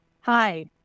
Hi